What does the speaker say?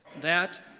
that,